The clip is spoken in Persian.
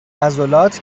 عضلات